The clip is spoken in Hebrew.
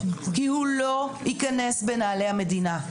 כי הוא לא ייכנס בנעלי המדינה,